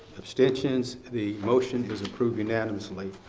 abstentions. the motion is approved unanimously.